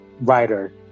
writer